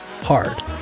hard